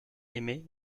aimée